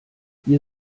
wir